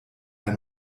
mal